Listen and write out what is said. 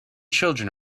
children